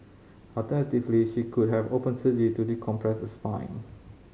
alternatively she could have open surgery to decompress the spine